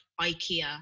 Ikea